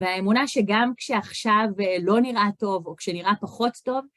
והאמונה שגם כשעכשיו לא נראה טוב, או כשנראה פחות טוב,